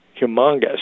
humongous